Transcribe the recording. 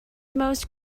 most